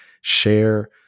share